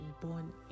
born